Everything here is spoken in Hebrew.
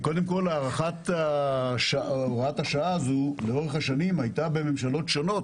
הערכת הוראת השעה הזאת לאורך השנים הייתה בממשלות שונות,